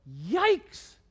Yikes